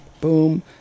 Boom